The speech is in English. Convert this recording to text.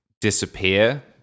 disappear